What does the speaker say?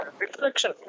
reflection